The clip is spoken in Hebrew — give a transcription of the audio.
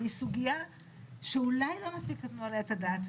היא סוגיה שאולי לא מספיק נתנו עליה את הדעת,